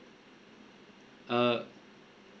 uh